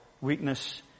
weakness